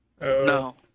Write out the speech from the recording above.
No